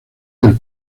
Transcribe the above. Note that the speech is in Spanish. del